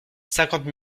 cinquante